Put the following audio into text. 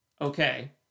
okay